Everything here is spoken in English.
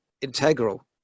integral